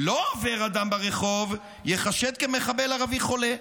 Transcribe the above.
לא עובר אדם ברחוב, ייחשד כמחבל ערבי חולה.